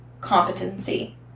competency